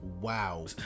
wow